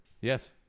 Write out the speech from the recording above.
Yes